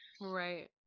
Right